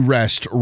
rest